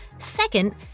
Second